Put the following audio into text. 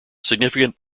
significant